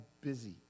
busy